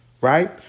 right